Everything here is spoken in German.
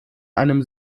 einem